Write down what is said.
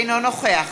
אינו נוכח